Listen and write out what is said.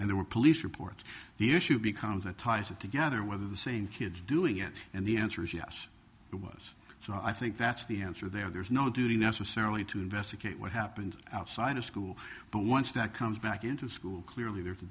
and there were police reports the issue becomes that ties it together whether the same kids are doing it and the answer is yes it was so i think that's the answer there there's no duty necessarily to investigate what happened outside of school but once that comes back into school clearly there to